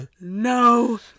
No